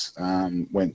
went